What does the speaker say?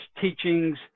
teachings